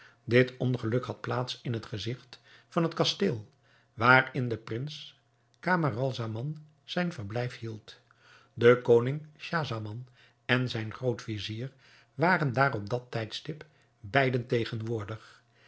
dit ongeluk had plaats in het gezigt van het kasteel waarin de prins camaralzaman zijn verblijf hield de koning schahzaman en zijn groot-vizier waren daar op dat tijdstip beiden tegenwoordig